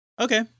okay